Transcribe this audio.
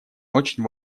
очень